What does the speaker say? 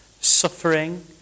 Suffering